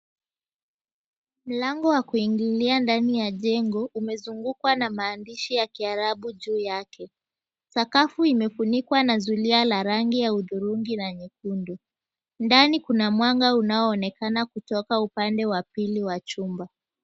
Mlango wa kuingilia ndani ya jengo, umezungukwa na maandishi ya Kiarabu juu yake. Sakafu imefunikwa na zulia la rangi ya hudhurungi na nyekundu. Ndani kuna mwanga unao onekana kutoka upande wa pili wa chumba.